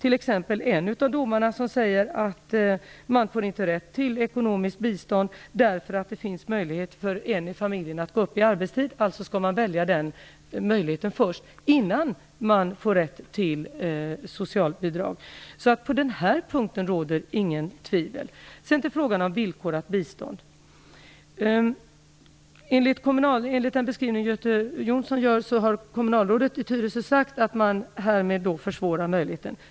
I en av domarna sägs t.ex. att vederbörande inte har rätt till ekonomiskt bistånd därför att det finns möjlighet för en i familjen att gå upp i arbetstid. Den möjligheten skall utnyttjas först, innan rätt till socialbidrag finns. På den här punkten råder alltså inget tvivel. Så till frågan om villkorat bistånd. Enligt den beskrivning Göte Jonsson gör har kommunalrådet i Tyresö sagt att man härmed försvårar möjligheterna.